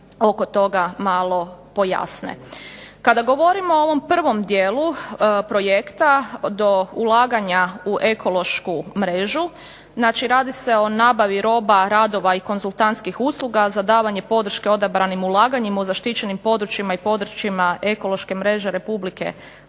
Kada govorimo o ovom prvom dijelu projekta do ulaganja u ekološku mrežu, znači radi se o nabavi roba, radova i konzultantskih usluga za davanje podrške odabranim ulaganjima u zaštićenim područjima i područjima ekološke mreže Republike Hrvatske